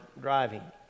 driving